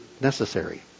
necessary